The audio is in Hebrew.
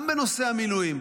גם בנושא המילואים,